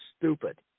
stupid